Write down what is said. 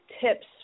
tips